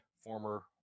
former